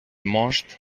most